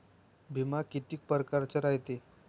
बिमा कितीक परकारचा रायते?